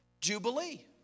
Jubilee